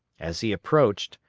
as he approached,